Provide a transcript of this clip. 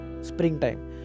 springtime